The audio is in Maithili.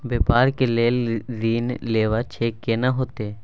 व्यापार के लेल ऋण लेबा छै केना होतै?